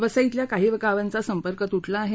वसईतल्या काही गावांचा संपर्क तुटला आहे